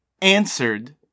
answered